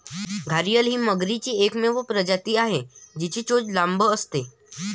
घारीअल ही मगरीची एकमेव प्रजाती आहे, तिची चोच लांब असते